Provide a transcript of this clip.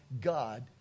God